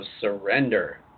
surrender